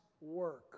work